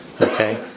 Okay